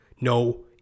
no